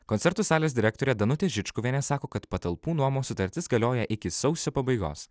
koncertų salės direktorė danutė žičkuvienė sako kad patalpų nuomos sutartis galioja iki sausio pabaigos